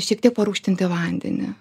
šiek tiek parūgštinti vandenį